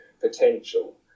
potential